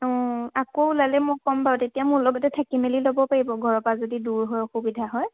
অঁ আকৌ ওলালে মোক ক'ম বাৰু তেতিয়া মোৰ লপতে থাকি মেলি ল'ব পাৰিব ঘৰৰ পৰা যদি দূৰ হয় অসুবিধা হয়